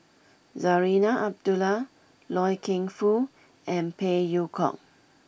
Zarinah Abdullah Loy Keng Foo and Phey Yew Kok